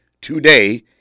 today